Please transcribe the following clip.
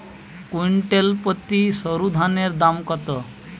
Quintal প্রতি সরুধানের দাম কত?